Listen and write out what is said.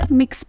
mix